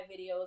videos